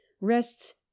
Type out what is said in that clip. rests